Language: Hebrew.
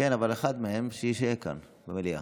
כן, אבל אחד מהם שיישאר כאן, במליאה.